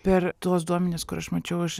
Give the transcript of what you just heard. per tuos duomenis kur aš mačiau iš